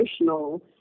emotional